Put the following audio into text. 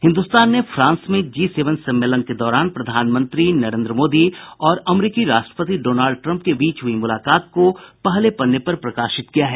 हिन्दुस्तान ने फ्रांस में G seven सम्मेलन के दौरान प्रधानमंत्री नरेन्द्र मोदी और अमरीकी राष्ट्रपति डोनाल्ड ट्रंप के बीच हुई मुलाकात को पहले पन्ने पर प्रकाशित किया है